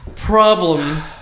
Problem